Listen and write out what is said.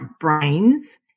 brains